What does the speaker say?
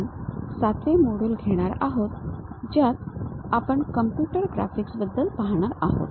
आपण ७ वे मोड्यूल घेणार आहोत ज्यात आपण कॉम्प्युटर ग्राफिक्स बद्दल पाहणार आहोत